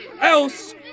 else